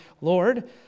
Lord